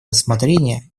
рассмотрения